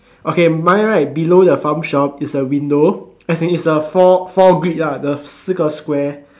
okay mine right below the farm shop is a window as in is a four four grid lah the 四个 square